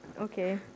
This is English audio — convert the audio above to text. Okay